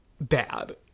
bad